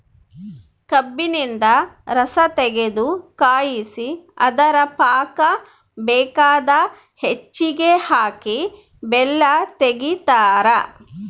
ಕಬ್ಬಿನಿಂದ ರಸತಗೆದು ಕಾಯಿಸಿ ಅದರ ಪಾಕ ಬೇಕಾದ ಹೆಚ್ಚಿಗೆ ಹಾಕಿ ಬೆಲ್ಲ ತೆಗಿತಾರ